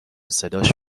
صداش